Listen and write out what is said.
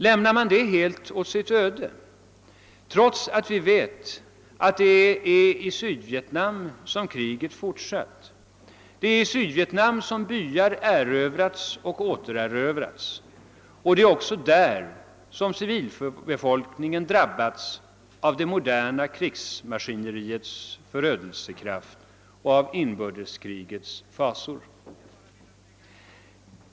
Lämnar vi det helt åt dess öde, trots att vi vet att det är i Sydvietnam som kriget fortsatt? Det är Sydvietnam som byar erövrats och återerövrats, och det är också där som civilbefolkningen drabbats av det moderna krigsmaskineriets förödelsekraft och av inbördeskrigets fasor.